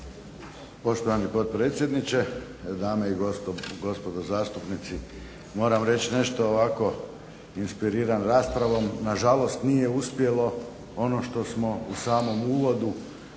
Poštovani potpredsjedniče, dame i gospodo zastupnici. Moram reći ovako inspiriran raspravom, nažalost nije uspjelo ono što smo u samom uvodu